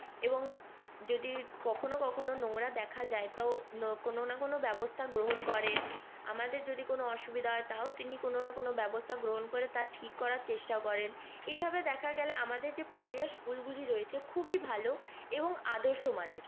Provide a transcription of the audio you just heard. এবং যদি কখনও কখনও নোংরা দেখা যায় তো কোনও না কোনও ব্যবস্থা গ্রহণ করেন আমাদের যদি কোনও অসুবিধা হয় তাও তিনি কোনও না কোনও ব্যবস্থা গ্রহণ করে তা ঠিক করার চেষ্টা করেন এইভাবে দেখা গেলে আমাদের যে পুরুলিয়ার স্কুলগুলি রয়েছে খুবই ভালো এবং আদর্শ মানের